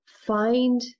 find